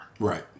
Right